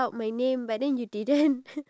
I see